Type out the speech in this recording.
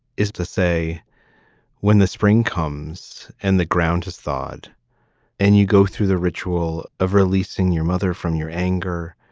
is to say when the spring comes and the ground is thawed and you go through the ritual of releasing your mother from your anger.